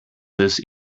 this